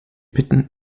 bitten